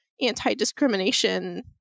anti-discrimination